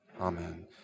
Amen